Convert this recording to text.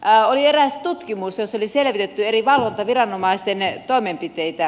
oli eräs tutkimus jossa oli selvitetty eri valvontaviranomais ten toimenpiteitä